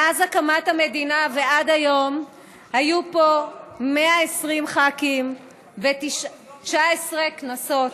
מאז הקמת המדינה ועד היום היו פה 120 ח"כים ב-19 כנסות,